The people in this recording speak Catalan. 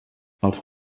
els